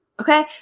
Okay